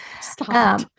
Stop